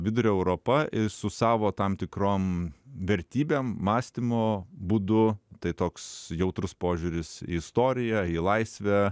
vidurio europa ir su savo tam tikrom vertybėm mąstymo būdu tai toks jautrus požiūris į istoriją į laisvę